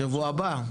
שבוע הבא.